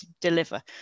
deliver